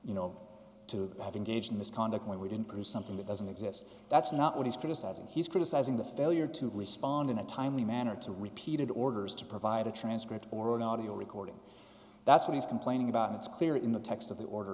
you know to have engaged in misconduct when we didn't produce something that doesn't exist that's not what he's criticizing he's criticizing the failure to respond in a timely manner to repeated orders to provide a transcript or an audio recording that's what he's complaining about it's clear in the text of the order